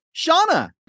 Shauna